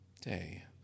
day